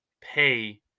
pay